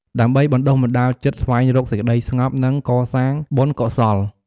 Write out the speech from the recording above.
ដើម្បីបណ្ដុះបណ្ដាលចិត្ត ស្វែងរកសេចក្តីស្ងប់ និងកសាងបុណ្យកុសល។